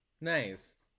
Nice